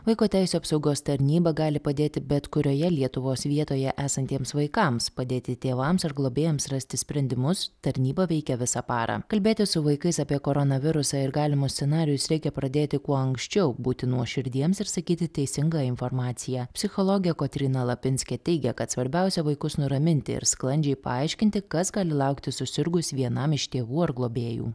vaiko teisių apsaugos tarnyba gali padėti bet kurioje lietuvos vietoje esantiems vaikams padėti tėvams ar globėjams rasti sprendimus tarnyba veikia visą parą kalbėtis su vaikais apie koronavirusą ir galimus scenarijus reikia pradėti kuo anksčiau būti nuoširdiems ir sakyti teisingą informaciją psichologė kotryna lapinskė teigia kad svarbiausia vaikus nuraminti ir sklandžiai paaiškinti kas gali laukti susirgus vienam iš tėvų ar globėjų